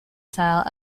style